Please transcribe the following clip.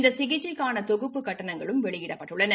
இந்த சிகிச்சைக்கான தொகுப்பு கட்டணங்களும் வெளியிடப்பட்டுள்ளன